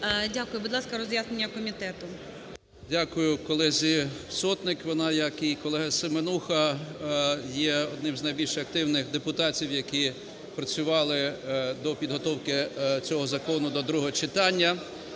Дякую. Будь ласка, роз'яснення комітету. 10:21:43 НЕМИРЯ Г.М. Дякую колезі Сотник. Вона, як і колега Семенуха, є одним з найбільш активних депутатів, які працювали до підготовки цього закону до другого читання.